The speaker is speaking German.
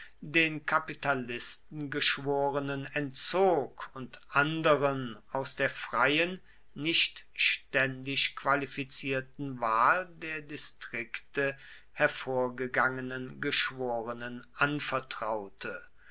den kapitalistengeschworenen entzog und anderen aus der freien nicht ständisch qualifizierten wahl der distrikte hervorgegangenen geschworenen anvertraute